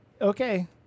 okay